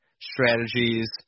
strategies